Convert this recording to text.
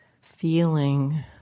feeling